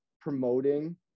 promoting